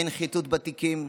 אין חיטוט בתיקים,